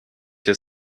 your